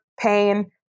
pain